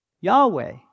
Yahweh